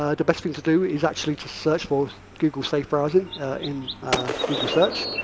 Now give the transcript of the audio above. ah the best thing to do is actually to search for google safe browsing in google search,